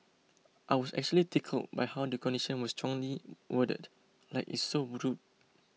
I was actually tickled by how the condition was strongly worded like it's so rude